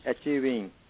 achieving